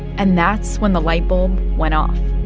and that's when the light bulb went off.